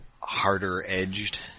harder-edged